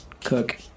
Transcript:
Cook